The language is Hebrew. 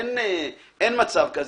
אין מצב כזה.